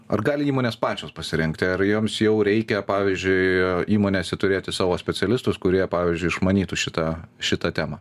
ar gali įmonės pačios pasirengti ar joms jau reikia pavyzdžiui įmonėse turėti savo specialistus kurie pavyzdžiui išmanytų šitą šitą temą